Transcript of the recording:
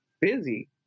busy